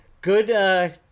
good